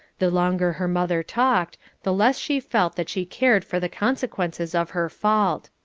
the longer her mother talked, the less she felt that she cared for the consequences of her fault.